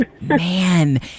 Man